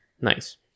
Nice